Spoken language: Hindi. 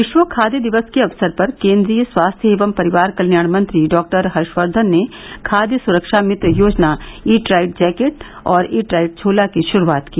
विश्व खाद्य दिवस के अवसर पर केंद्रीय स्वास्थ्य एवं परिवार कल्याण मंत्री डॉ हर्षकर्धन ने खाद्य सुरक्षा मित्र योजना ईट राइट जैकेट और ईट राइट झोला की शुरुआत की